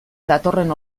datorren